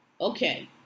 Okay